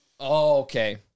okay